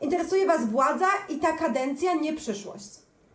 Interesuje was władza i ta kadencja, nie przyszłość.